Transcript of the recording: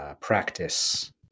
practice